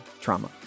trauma